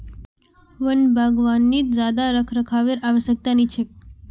वन बागवानीत ज्यादा रखरखावेर आवश्यकता नी छेक